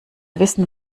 wissen